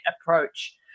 approach